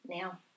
now